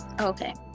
Okay